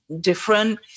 different